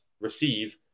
receive